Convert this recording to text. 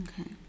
okay